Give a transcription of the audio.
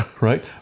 right